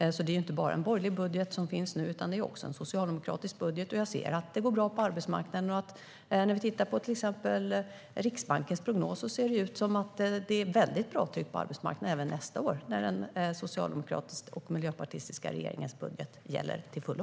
Nu är det alltså inte bara en borgerlig budget utan också en socialdemokratisk budget. Jag ser att det går bra på arbetsmarknaden. När man tittar på till exempel Riksbankens prognos ser det ut som att det blir väldigt bra tryck på arbetsmarknaden även nästa år, när den socialdemokratiska och miljöpartistiska regeringens budget gäller till fullo.